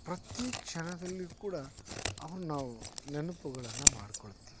ಪ್ರತಿ ಕ್ಷಣದಲ್ಲಿ ಕೂಡ ಅವನ್ನು ನಾವು ನೆನಪುಗಳನ್ನು ಮಾಡಿಕೊಳ್ತಿವಿ